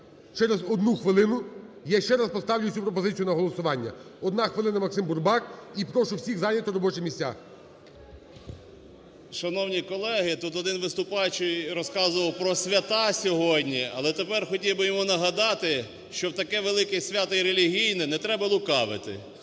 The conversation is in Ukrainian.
через одну хвилину я ще раз поставлю цю пропозицію на голосування. Одна хвилина, Максим Бурбак і прошу всіх зайняти робочі місця. 17:43:26 БУРБАК М.Ю. Шановні колеги, тут один виступаючий розказував про свята сьогодні. Але тепер хотів би йому нагадати, що в таке велике свято й релігійне, не треба лукавити,